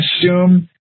assume